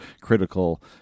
critical